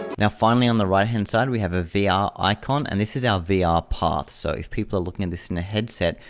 now find me on the right hand side, we have a vr ah icon and this is our vr ah path. so if people are looking at this new headset,